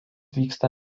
vyksta